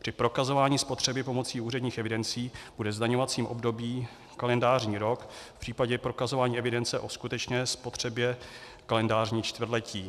Při prokazování spotřeby pomocí úředních evidencí bude zdaňovacím obdobím kalendářní rok, případně při prokazování evidence o skutečné spotřebě kalendářní čtvrtletí.